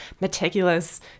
meticulous